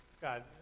God